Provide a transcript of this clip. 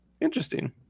interesting